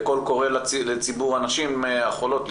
קול קורא לציבור הנשים החולות להתייחס.